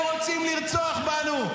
הם רוצים לרצוח בנו.